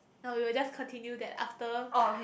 now we will just continue that after